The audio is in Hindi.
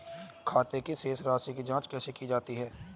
खाते की शेष राशी की जांच कैसे की जाती है?